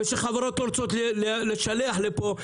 ושחברות לא רוצות לשלח לפה,